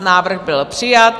Návrh byl přijat.